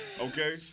okay